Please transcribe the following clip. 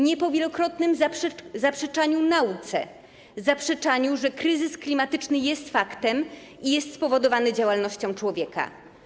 Nie po wielokrotnym zaprzeczaniu nauce, zaprzeczaniu, że kryzys klimatyczny jest faktem i jest spowodowany działalnością człowieka.